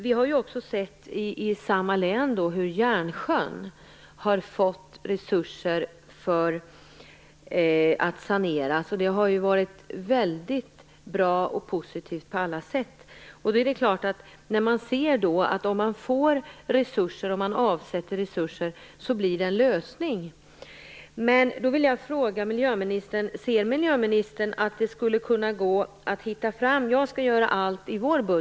Vi har sett hur Järnsjön, i samma län, har fått resurser för att sanera. Det har varit väldigt bra och positivt. Man ser alltså att om man avsätter resurser blir det en lösning. Jag vill då fråga miljöministern: Ser miljöministern att det skulle gå att få mer resurser inom en snar framtid?